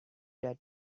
that